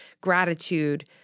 gratitude